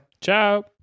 Ciao